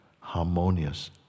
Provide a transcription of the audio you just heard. harmonious